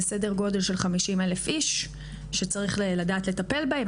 זה סדר גודל של 50,000 איש שצריך לדעת לטפל בהם.